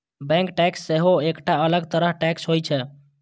bank tax सेहो एकटा अलग तरह टैक्स होइ छै